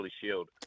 Shield